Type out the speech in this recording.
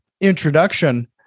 introduction